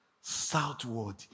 southward